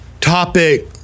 topic